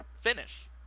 finish